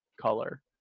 color